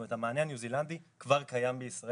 זאת אומרת, המענה הניוזילנדי כבר קיים בישראל.